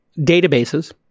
databases